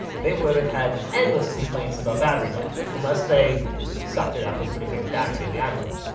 they would have had endless complaints about battery life unless they sucked it up and put a big battery in the iphone,